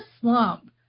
slump